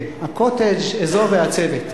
הקוטג' אזוב ועצבת,